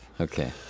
Okay